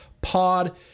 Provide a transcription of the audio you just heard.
Pod